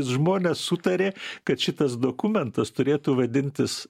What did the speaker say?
žmonės sutarė kad šitas dokumentas turėtų vadintis